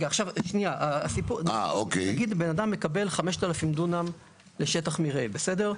למשל, בן אדם מקבל 5,000 דונם לשטח מרעה, בסדר?